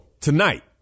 tonight